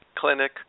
clinic